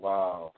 Wow